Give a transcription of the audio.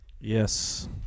Yes